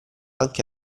anche